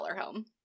home